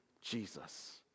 Jesus